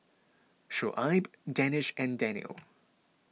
Shoaib Danish and Daniel